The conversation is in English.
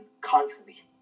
constantly